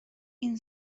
این